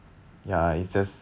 ya it's just